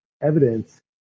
evidence